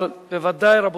אבל ודאי, רבותי,